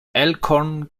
elkhorn